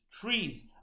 trees